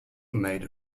made